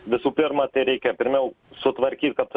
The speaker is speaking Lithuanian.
visų pirma tereikia pirmiau sutvarkyti kad